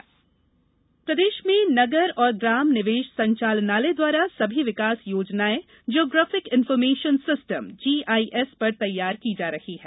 विकास योजनाएं प्रदेश में नगर और ग्राम निवेश संचालनालय द्वारा सभी विकास योजनाएँ जियोग्राफिक इंफार्मेशन सिस्टम जीआईएस पर तैयार की जा रही हैं